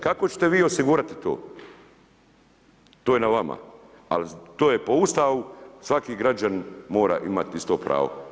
Kako ćete vi osigurati to to je na vama, ali to je po Ustavu, svaki građanin mora imati isto pravo.